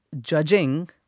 judging